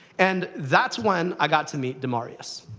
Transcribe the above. and that's when i got to meet demaryius.